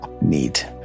Neat